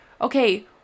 okay